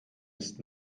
ist